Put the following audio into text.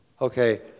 Okay